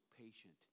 patient